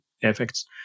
effects